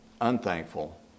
unthankful